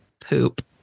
poop